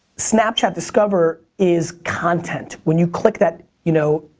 snapchat discover is content. when you click that, you know,